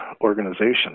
organization